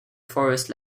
forest